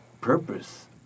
purpose